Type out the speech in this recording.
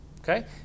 okay